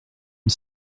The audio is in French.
une